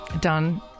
Done